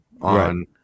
on